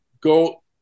go